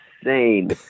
insane